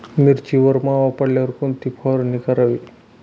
मिरचीवर मावा पडल्यावर कोणती फवारणी करावी?